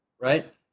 right